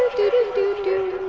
doo-doo-doo-doo-doo!